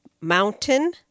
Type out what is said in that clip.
mountain